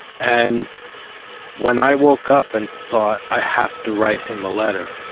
and when i woke up and thought i have to write him a letter,